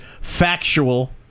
factual